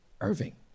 Irving